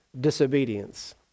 disobedience